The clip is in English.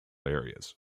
areas